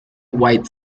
white